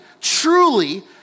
truly